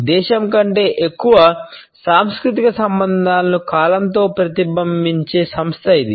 కాబట్టి దేశం కంటే ఎక్కువ సాంస్కృతిక సంబంధాలను కాలంతో ప్రతిబింబించే సంస్థ ఇది